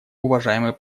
уважаемый